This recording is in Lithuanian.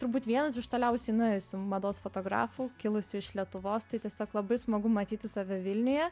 turbūt vienas iš toliausiai nuėjusių mados fotografų kilusių iš lietuvos tai tiesiog labai smagu matyti tave vilniuje